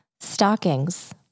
stockings